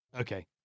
Okay